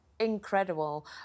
Incredible